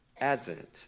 Advent